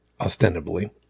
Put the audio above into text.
ostensibly